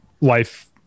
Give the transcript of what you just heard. life